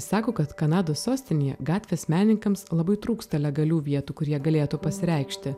sako kad kanados sostinėje gatvės menininkams labai trūksta legalių vietų kur jie galėtų pasireikšti